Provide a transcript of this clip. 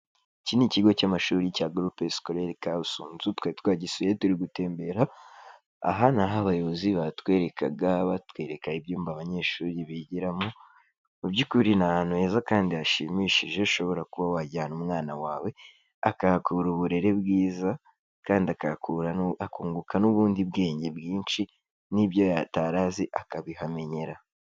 Iki ni ikigo cy'amashuri cya group scolaire kabusunzu, twari twagisuye turi gutembera, ahangaha abayobozi batwerekaga, batwereka ibyumba abanyeshuri bigiramo, mu by'ukuri ni ahantu heza kandi hashimishije ushobora kuba wajyana umwana wawe akahakura uburere bwiza kandi akunguka n'ubundi bwenge bwinshi n'ibyo atari azi akabihamenyera.